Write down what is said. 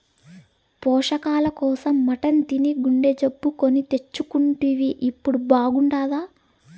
పోషకాల కోసం మటన్ తిని గుండె జబ్బు కొని తెచ్చుకుంటివి ఇప్పుడు బాగుండాదా